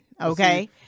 okay